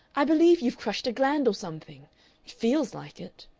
i believe you've crushed a gland or something. it feels like it.